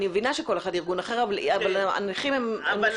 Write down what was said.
אני מבינה שכל אחד הוא ארגון אחר אבל הנכים הם נכים.